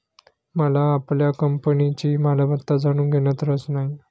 मला आपल्या कंपनीची मालमत्ता जाणून घेण्यात रस नाही